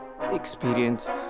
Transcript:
experience